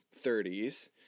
30s